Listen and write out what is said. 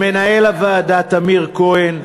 למנהל הוועדה טמיר כהן,